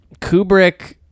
Kubrick